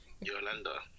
Yolanda